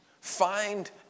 find